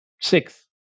six